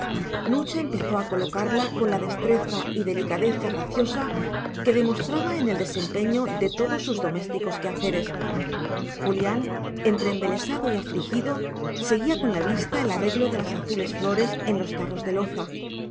nucha empezó a colocarla con la destreza y delicadeza graciosa que demostraba en el desempeño de todos sus domésticos quehaceres julián entre embelesado y afligido seguía con la vista el arreglo de las azules flores en los tarros de loza